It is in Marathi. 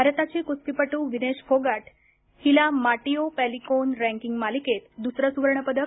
भारताची कुस्तीपटू विनेश फोगट हिला माटियो पैलिकोन रँकिंग मालिकेत दुसरं सुवर्णपदक